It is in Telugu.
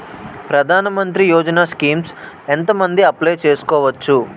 ప్రధాన మంత్రి యోజన స్కీమ్స్ ఎంత మంది అప్లయ్ చేసుకోవచ్చు?